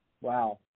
Wow